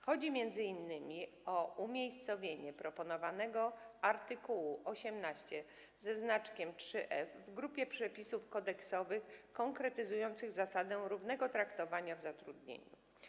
Chodzi m.in. o umiejscowienie proponowanego art. 18 w grupie przepisów kodeksowych konkretyzujących zasadę równego traktowania w zatrudnieniu.